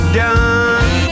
done